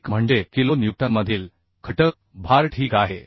एक म्हणजे किलो न्यूटनमधील घटक भार ठीक आहे